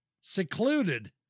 secluded